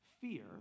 fear